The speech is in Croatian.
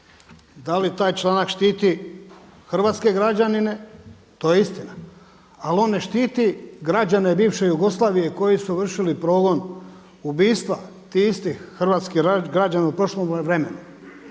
Da li taj članak štiti hrvatske građanine, to je istina, ali on ne štiti građane bivše Jugoslavije koji su vršili progon ubistva tih istih hrvatskih građana u prošlom vremenu.